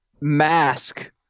mask